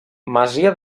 masia